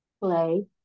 play